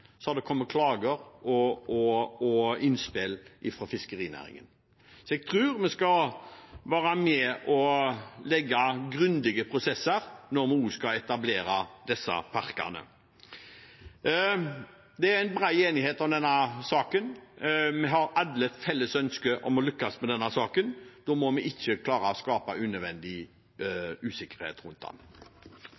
Så jeg tror vi skal legge opp til grundige prosesser når vi nå skal etablere disse parkene. Det er bred enighet om denne saken. Vi har alle et felles ønske om å lykkes. Da må vi ikke skape unødvendig